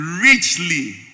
Richly